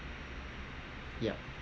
ya